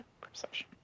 Perception